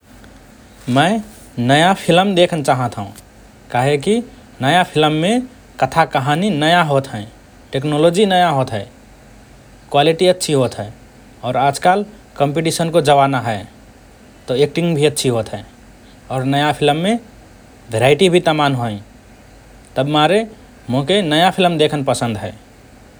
मए नया फिलम देखन चाहत हओं । काहेकि नया फिलममे कथा कहानी नया होत हए, टेक्नोलोजि नया होत हए, क्वालिटी अच्छी होत हए । और आजकाल कम्पिटिसनको जावाना हए तओ एक्टिङ भि अच्छि होत हए और नया फिलममे भेरइटि भि तमान हएँ । तबमारे मोके नया फिलम देखन पसन्द हए ।